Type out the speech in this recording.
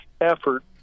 effort